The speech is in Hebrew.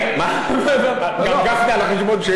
הרב גפני,